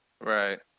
Right